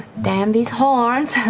damn these horns,